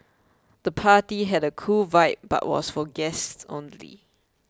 the party had a cool vibe but was for guests only